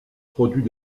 produit